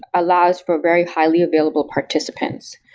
allows for very highly available participants.